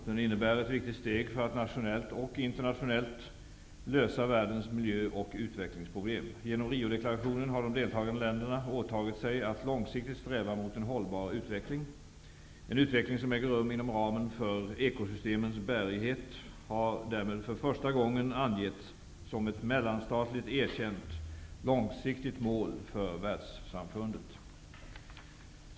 Den innebär ett viktigt steg för att nationellt och internationellt lösa världens miljöoch utvecklingsproblem. Genom Riodeklarationen har de deltagande länderna åtagit sig att långsiktigt sträva mot en hållbar utveckling. En utveckling som äger rum inom ramen för ekosystemens bärighet har därmed för första gången angetts som ett mellanstatligt erkänt långsiktigt mål för världssamfundet.